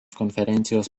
konferencijos